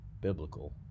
biblical